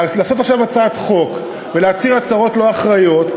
לעשות עכשיו הצעת חוק ולהצהיר הצהרות לא אחראיות,